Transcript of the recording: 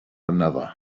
another